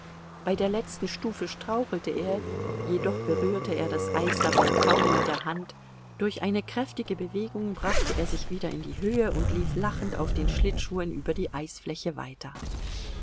bei der letzten stufe strauchelte er jedoch berührte er das eis dabei kaum mit der hand durch eine kräftige bewegung brachte er sich wieder in die höhe und lief lachend auf den schlittschuhen über die eisfläche weiter